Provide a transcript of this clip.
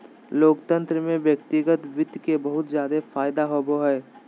लोकतन्त्र में व्यक्तिगत वित्त के बहुत जादे फायदा होवो हय